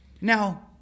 Now